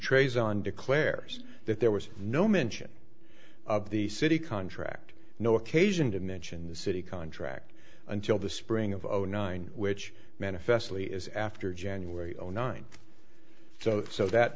tres on declares that there was no mention of the city contract no occasion to mention the city contract until the spring of zero nine which manifestly is after january only nine so so that